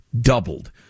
Doubled